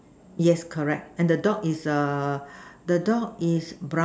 yes correct and the dog is err the dog is brown